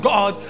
God